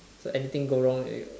so anything go wrong you will